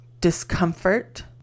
discomfort